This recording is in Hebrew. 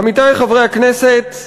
עמיתי חברי הכנסת,